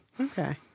Okay